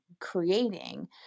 creating